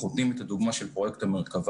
אנחנו נותנים את הדוגמה של פרויקט המרכבה.